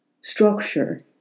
structure